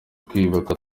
kwiyubaka